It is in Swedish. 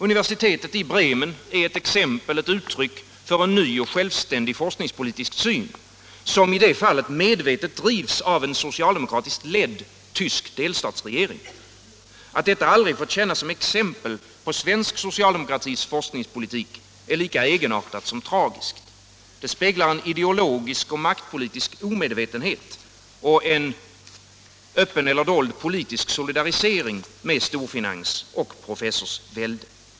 Universitetet i Bremen är ett exempel — ett uttryck för en ny och självständig forskningspolitisk syn, som i det fallet drivs av en socialdemokratiskt ledd tysk delstatsregering. Att detta aldrig fått tjäna som exempel för svensk socialdemokratis forskningspolitik är lika egenartat som tragiskt. Det speglar en ideologisk och maktpolitisk medvetenhet och en öppen eller dold politisk solidarisering med storfinans och professorsvälde.